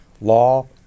law